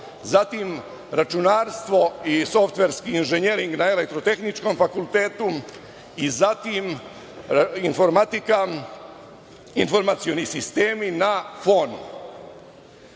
zatim, računarstvo i softverski inženjering na Elektrotehničkom fakultetu i, zatim, informatika, informacioni sistemi na